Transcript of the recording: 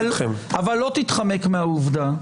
אבל לא תתחמק מהעובדה,